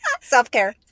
Self-care